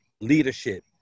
leadership